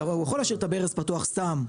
הוא יכול להשאיר את הברז פתוח סתם,